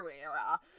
era